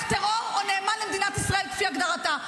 טרור או נאמן למדינת ישראל כפי הגדרתה.